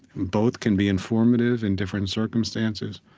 both can be informative in different circumstances,